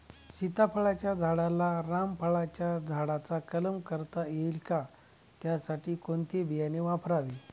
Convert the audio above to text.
सीताफळाच्या झाडाला रामफळाच्या झाडाचा कलम करता येईल का, त्यासाठी कोणते बियाणे वापरावे?